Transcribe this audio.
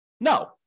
No